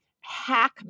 hack